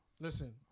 listen